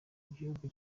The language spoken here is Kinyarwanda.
igihugu